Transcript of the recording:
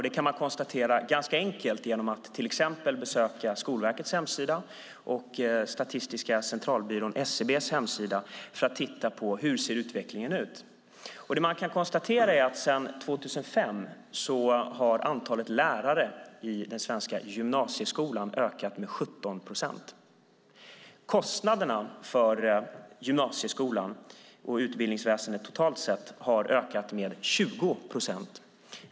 Det kan man enkelt konstatera genom att till exempel besöka Skolverkets hemsida och Statistiska centralbyråns hemsida. Där kan man se hur utvecklingen ser ut. Sedan 2005 har antalet lärare i den svenska gymnasieskolan ökat med 17 procent. Kostnaderna för gymnasieskolan och utbildningsväsendet totalt har ökat med 20 procent.